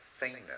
thingness